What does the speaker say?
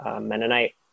Mennonite